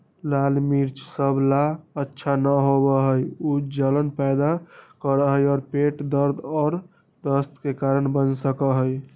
लाल मिर्च सब ला अच्छा न होबा हई ऊ जलन पैदा करा हई और पेट दर्द और दस्त के कारण बन सका हई